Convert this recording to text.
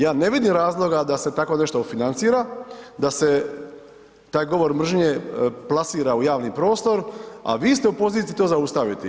Ja ne vidim razloga da se tako nešto financira, da se taj govor mržnje plasira u javni prostor a vi ste u poziciji to zaustaviti.